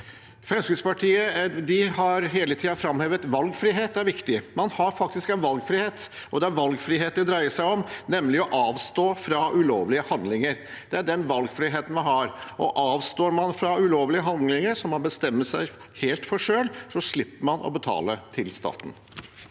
Fremskrittspartiet har hele tiden framhevet at valgfrihet er viktig. Man har faktisk valgfrihet, og det er valgfrihet det dreier seg om, nemlig å avstå fra ulovlige handlinger. Det er den valgfriheten vi har, og avstår man fra ulovlige handlinger, som man bestemmer seg for helt selv, slipper man å betale til staten.